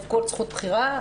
נאבקו על זכות בחירה,